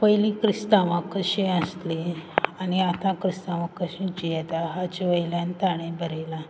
पयलीं क्रिस्तांवां कशीं आसलीं आनी आतां क्रिस्तांवां कशीं जियेता हाचे वयल्यान ताणें बरयलां